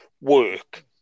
work